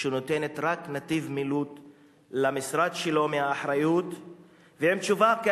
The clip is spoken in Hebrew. שרק נותנת למשרד שלו נתיב מילוט מאחריות,